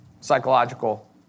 psychological